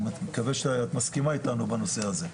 אני מקווה שאת מסכימה אתנו בנושא הזה.